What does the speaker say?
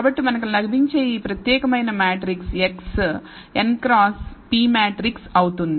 కాబట్టి మనకు లభించే ఈ ప్రత్యేకమైన matrix x n cross p matrix అవుతుంది